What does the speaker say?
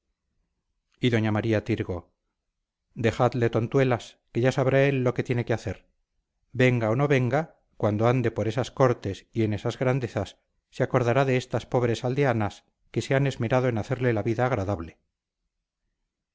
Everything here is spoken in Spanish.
y doña maría tirgo dejadle tontuelas que ya sabrá él lo que tiene que hacer venga o no venga cuando ande por esas cortes y en esas grandezas se acordará de estas pobres aldeanas que se han esmerado en hacerle la vida agradable